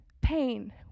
pain